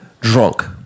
drunk